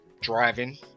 driving